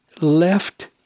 left